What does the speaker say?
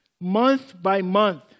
month-by-month